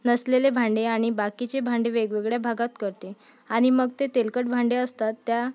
नसलेले भांडे आणि बाकीचे भांडे वेगवेगळ्या भागात करते आणि मग ते तेलकट भांडे असतात त्या